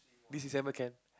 this December can